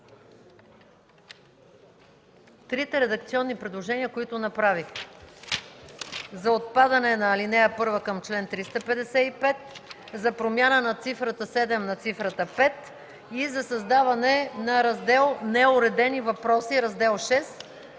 Трите редакционни предложения, които направих: за отпадане на ал. 1 към чл. 355; за промяна на цифрата „7” на цифрата „5”; и за създаване на Раздел VІ – „Неуредени въпроси”.